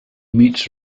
meets